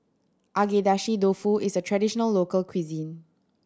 Agedashi Dofu is a traditional local cuisine